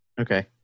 Okay